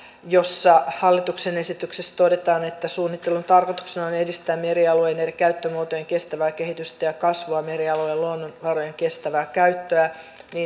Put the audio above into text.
josta hallituksen esityksessä todetaan että suunnittelun tarkoituksena on edistää merialueen eri käyttömuotojen kestävää kehitystä ja kasvua sekä merialueen luonnonvarojen kestävää käyttöä